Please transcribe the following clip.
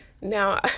Now